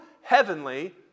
heavenly